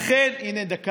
דקה,